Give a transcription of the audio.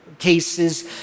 cases